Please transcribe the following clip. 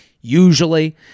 usually